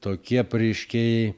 tokie pareiškėjai